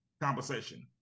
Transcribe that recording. conversation